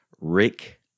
Rick